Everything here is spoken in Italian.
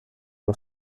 uno